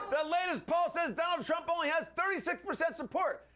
the latest poll says donald trump only has thirty six percent support.